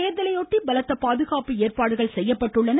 தேர்தலையொட்டி பலத்த பாதுகாப்பு ஏற்பாடுகள் செய்யப்பட்டுள்ளன